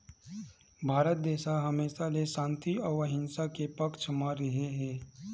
भारत देस ह हमेसा ले सांति अउ अहिंसा के पक्छ म रेहे हे